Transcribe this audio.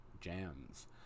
Jams